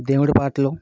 దేవుడి పాటలు